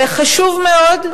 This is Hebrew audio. וחשוב מאוד,